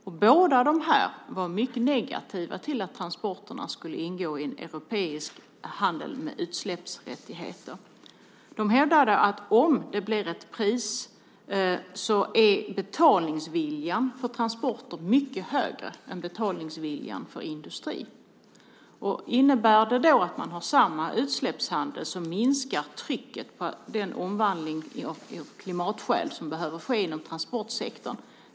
Vid båda dessa var man mycket negativ till att transporterna skulle ingå i en europeisk handel med utsläppsrättigheter. Man hävdade att om det blir ett pris är betalningsviljan för transporter mycket högre än betalningsviljan för industrin. Om man har samma utsläppshandel minskar trycket på den omvandling av klimatskäl som behöver ske inom transportsektorn.